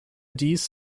dies